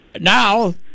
Now